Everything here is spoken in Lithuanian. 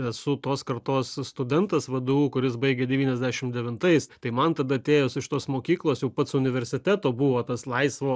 esu tos kartos studentas vdu kuris baigė devyniasdešimt devintais tai man tada atėjus iš tos mokyklos jau pats universiteto buvo tas laisvo